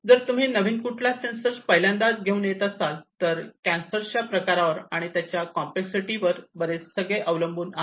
जर तुम्ही नवीन कुठला सेंसर पहिल्यांदाच घेऊन येत असाल तर कॅन्सरच्या प्रकारावर आणि त्याच्या कॉम्प्लेक्स सिटी वर हे सगळे अवलंबून आहे